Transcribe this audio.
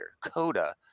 Coda